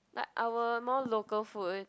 like our more local food